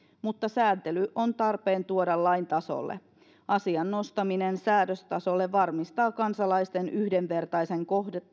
mutta sääntely on tarpeen tuoda lain tasolle asian nostaminen säädöstasolle varmistaa kansalaisten yhdenvertaisen